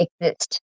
exist